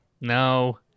No